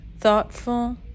thoughtful